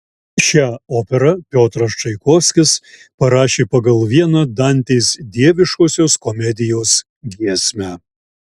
šią operą piotras čaikovskis parašė pagal vieną dantės dieviškosios komedijos giesmę